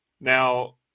Now